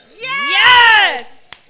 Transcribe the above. Yes